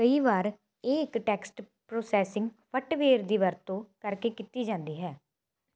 ਕਈ ਵਾਰ ਇਹ ਇੱਕ ਟੈਕਸਟ ਪ੍ਰੋਸੈਸਿੰਗ ਸੋਫਟਵੇਅਰ ਦੀ ਵਰਤੋਂ ਕਰਕੇ ਕੀਤੀ ਜਾਂਦੀ ਹੈ